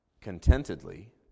contentedly